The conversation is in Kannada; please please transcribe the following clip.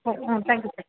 ಹ್ಞೂ ಹ್ಞೂ ತ್ಯಾಂಕ್ ಯು ಸರ್